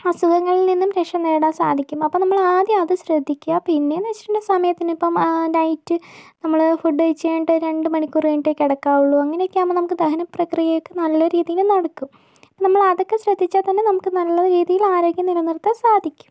അസുഖങ്ങളിൽ നിന്നും രക്ഷ നേടാൻ സാധിക്കും അപ്പോൾ നമ്മൾ ആദ്യം അത് ശ്രദ്ധിക്കുക പിന്നെയെന്ന് വച്ചിട്ടുണ്ടെങ്കിൽ സമയത്തിനിപ്പോൾ ഡയറ്റ് നമ്മൾ ഫുഡ് കഴിച്ച് കഴിഞ്ഞിട്ട് രണ്ട് മണിക്കൂർ കഴിഞ്ഞിട്ടേ കിടക്കാവുള്ളു അങ്ങനെയൊക്കെയാകുമ്പോൾ നമുക്ക് ദഹന പ്രക്രിയയൊക്കെ നല്ല രീതിയിൽ നടക്കും നമ്മൾ അതൊക്കെ ശ്രദ്ധിച്ചാൽ തന്നെ നമുക്ക് നല്ല രീതിയിൽ ആരോഗ്യം നിലനിർത്താൻ സാധിക്കും